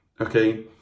okay